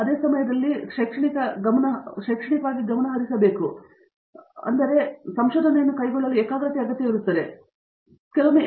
ಅದೇ ಸಮಯದಲ್ಲಿ MS degree ಅಥವಾ ಪಿಹೆಚ್ಡಿ ಡಿಗ್ರಿಯು ಬಹಳ ಶೈಕ್ಷಣಿಕವಾಗಿ ಗಮನಹರಿಸುವುದಕ್ಕೆ ಪ್ರವೃತ್ತಿಯನ್ನು ಹೊಂದಿದೆಯೆಂಬುದನ್ನು ಈ ಸ್ವಲ್ಪ ಸಮಯದಿಂದ ಗಮನದಲ್ಲಿಟ್ಟುಕೊಂಡಿರಿ ಏಕೆಂದರೆ ನಾವು ಅದರ ಬಗ್ಗೆ ಹೇಳಲು ಹೋಗುತ್ತೇವೆ